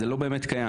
זה משליך על הכול.